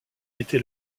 était